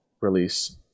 release